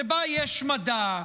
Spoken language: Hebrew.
שבה יש מדע,